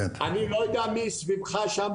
אני לא יודע מי סביבך שם,